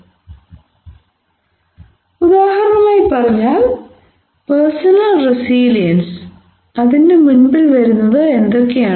ഉദാഹരണമായി പറഞ്ഞാൽ personal resilience അതിന്റെ മുൻപിൽ വരുന്നത് എന്തൊക്കെയാണ്